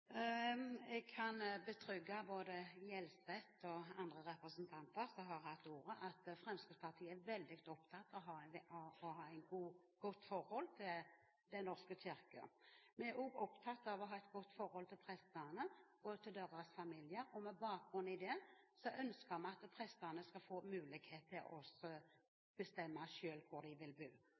Jeg kan berolige både representanten Gjelseth og andre representanter som har hatt ordet, med at Fremskrittspartiet er veldig opptatt av å ha et godt forhold til Den norske kirke. Vi er også opptatt av å ha et godt forhold til prestene og til deres familier, og med bakgrunn i det ønsker vi at prestene selv skal få mulighet til å bestemme hvor de vil bo.